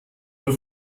nur